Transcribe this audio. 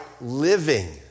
living